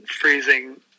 freezing